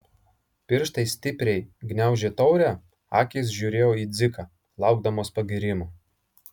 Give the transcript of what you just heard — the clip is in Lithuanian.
pirštai stipriai gniaužė taurę akys žiūrėjo į dziką laukdamos pagyrimo